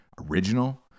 original